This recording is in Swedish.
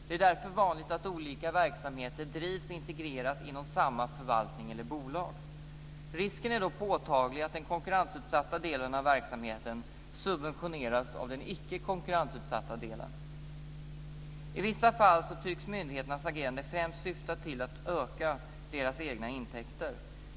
Det är därför vanligt att olika verksamheter drivs integrerat inom samma förvaltning eller bolag. Risken är då påtaglig att den konkurrensutsatta delen av verksamheten subventioneras av den icke konkurrensutsatta delen. I vissa fall tycks myndigheternas agerande främst syfta till att öka deras egna intäkter.